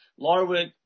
Larwick